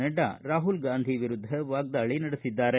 ನಡ್ಡಾ ರಾಹುಲ್ ವಿರುದ್ದ ವಾಗ್ದಾಳಿ ನಡೆಸಿದ್ದಾರೆ